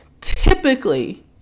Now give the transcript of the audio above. Typically